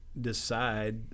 decide